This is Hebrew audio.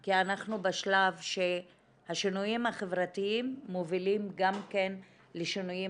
כי אנחנו בשלב שהשינויים החברתיים מובילים גם לשינויים